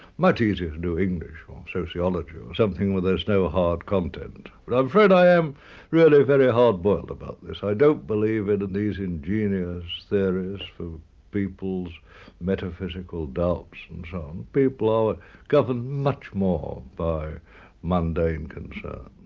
much easier to do english or sociology, or something where there's no hard content. but i'm afraid i am really very hard-boiled about this. i don't believe in and these ingenious theories for people's metaphysical doubts and so on people are governed much more by mundane concerns.